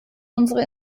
unsere